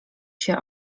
się